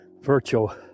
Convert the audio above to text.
virtual